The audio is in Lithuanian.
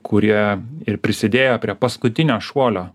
kurie ir prisidėjo prie paskutinio šuolio